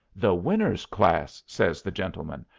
the winners' class, says the gentleman.